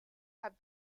have